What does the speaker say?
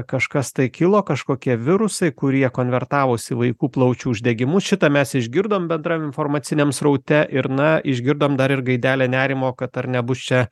kažkas tai kilo kažkokie virusai kurie konvertavosi vaikų plaučių uždegimu šitą mes išgirdom bendram informaciniam sraute ir na išgirdom dar ir gaidelę nerimo kad ar nebus čia